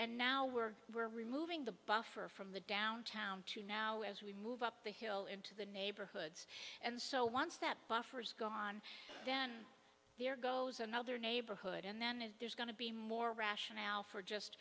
and now we're we're removing the buffer from the downtown to now as we move up the hill into the neighborhoods and so once that buffer is gone then there goes another neighborhood and then if there's going to be more rationale for just